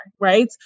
right